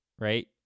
right